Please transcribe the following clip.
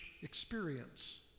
experience